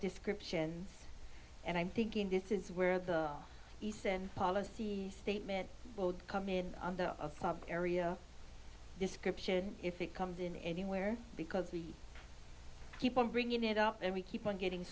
descriptions and i'm thinking this is where the essential policy statement come in on the area description if it comes in anywhere because we keep on bringing it up and we keep on getting